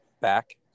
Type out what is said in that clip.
back